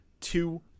two